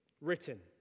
written